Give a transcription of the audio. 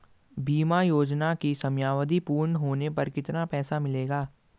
बीमा योजना की समयावधि पूर्ण होने पर कितना पैसा मिलेगा?